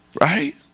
right